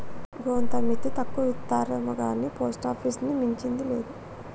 గోంత మిత్తి తక్కువిత్తరేమొగాని పోస్టాపీసుని మించింది లేదు